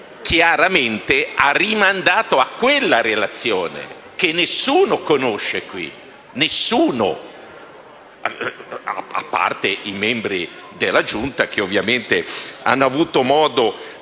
chiaramente ha rimandato a quella relazione, che nessuno qui conosce, a parte i membri della Giunta, che ovviamente hanno avuto modo